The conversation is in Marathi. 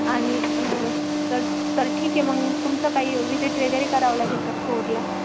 आणि तर तर ठीक आहे मग तुमचं काही विजिट वगैरे करावं लागेल का स्टोरला